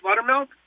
buttermilk